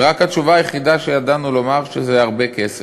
והתשובה היחידה שידענו לומר הייתה שזה הרבה כסף.